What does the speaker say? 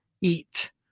eat